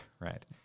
Right